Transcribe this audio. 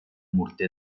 morter